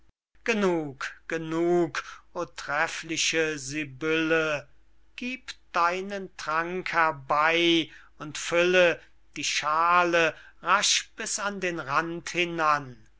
genug genug o treffliche sibylle gib deinen trank herbey und fülle die schale rasch bis an den rand hinan